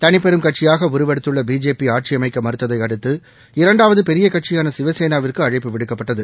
தனிப்பெரும் கட்சியாக உருவெடுத்துள்ள பிஜேபி ஆட்சியமைக்க மறுத்ததை அடுத்து இரண்டாவது பெரிய கட்சியான சிவசேனாவிற்கு அழைப்பு விடுக்கப்பட்டது